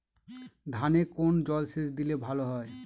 ধানে কোন জলসেচ দিলে ভাল হয়?